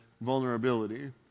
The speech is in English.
vulnerability